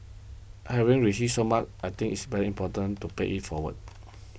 having received so much I think it's very important to pay it forward